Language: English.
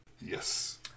Yes